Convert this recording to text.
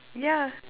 yeah